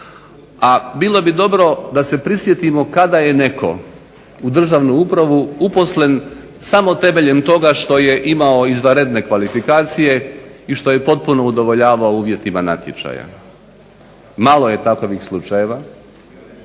a bilo bi dobro da se prisjetimo kada je netko u državnu upravu uposlen samo temeljem toga što je imao izvanredne kvalifikacije i što je potpuno udovoljavao uvjetima natječaja. Malo je takvih slučajeva,